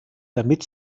damit